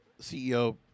CEO